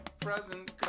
present